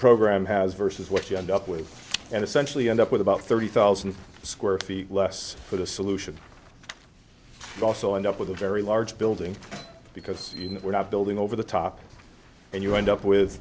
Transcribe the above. program has versus what you end up with and essentially end up with about thirty thousand square feet less for the solution also end up with a very large building because we're not building over the top and you end up with